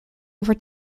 over